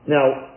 Now